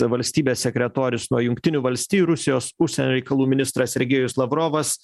valstybės sekretorius nuo jungtinių valstijų ir rusijos užsienio reikalų ministras sergejus lavrovas